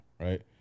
right